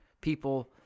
people